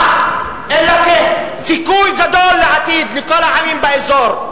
אלא כסיכוי גדול לעתיד לכל העמים באזור.